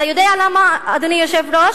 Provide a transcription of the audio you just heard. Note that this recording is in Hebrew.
אתה יודע למה, אדוני היושב-ראש?